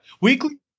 Weekly